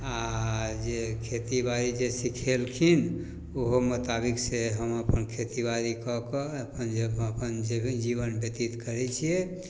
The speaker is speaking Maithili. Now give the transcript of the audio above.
आओर जे खेतीबाड़ी जे सिखेलखिन ओहो मोताबिक से हम अपन खेतीबाड़ी कऽ कऽ अपन जे हम अपन जे भी जीवन व्यतीत करै छिए